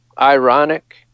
ironic